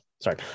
sorry